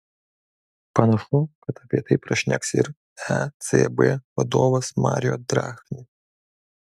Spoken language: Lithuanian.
panašu kad apie tai prašneks ir ecb vadovas mario draghi